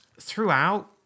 Throughout